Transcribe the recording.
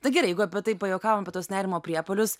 nu gerai jeigu apie tai pajuokavom apie tuos nerimo priepuolius